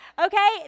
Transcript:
Okay